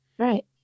right